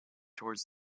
towards